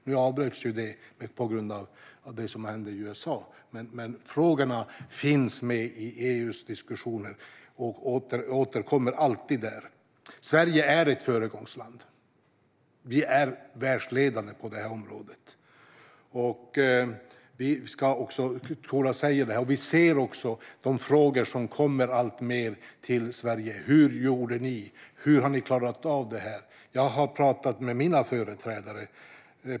Nu avbröts ju detta på grund av det som hände i USA, men frågorna finns med i EU:s diskussioner och återkommer alltid där. Sverige är ett föregångsland. Vi är världsledande på detta område. Vi ser också de allt fler frågor som kommer till Sverige: Hur gjorde ni? Hur har ni klarat av detta? Jag har talat med mina företrädare.